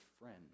friend